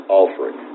offering